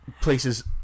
Places